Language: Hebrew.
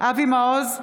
אבי מעוז,